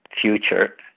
future